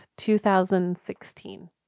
2016